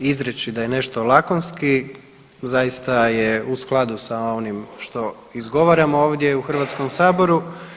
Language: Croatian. Izreći da je nešto lakonski zaista je u skladu sa onim što izgovaramo ovdje u Hrvatskom saboru.